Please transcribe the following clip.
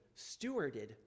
stewarded